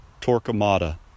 Torquemada